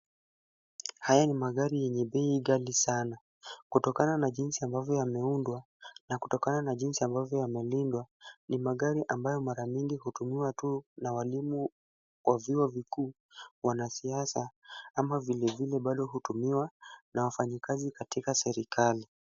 Haya ni magari yenye bei ghali sana kutokana jinsi ambavyo yameundwa na kutokana na jinsi ambavyo yamelindwa ni magari ambayo mara nyingi hutumiwa tu na walimu wa vyuo vikuu, wanasiasa ama vilevile hutumiwa na wafanyakazi katika serikali.